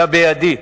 היה בידי,